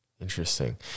Interesting